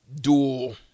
dual